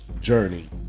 journey